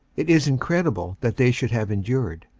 it is in credible that they should have endured,